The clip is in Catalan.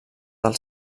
del